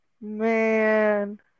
Man